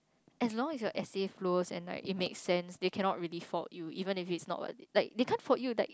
as long as your essay flows and like it makes sense they cannot really fault you even if it's not what they can't fault you like